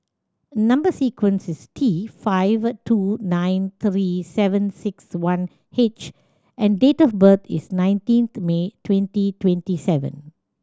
number sequence is T five two nine three seven six one H and date of birth is nineteenth May twenty twenty seven